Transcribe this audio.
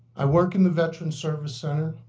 i work in the veterans service center.